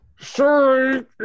Sorry